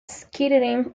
scattering